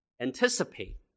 anticipate